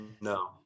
No